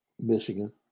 Michigan